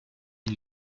une